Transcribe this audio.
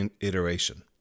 iteration